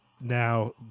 now